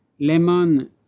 lemon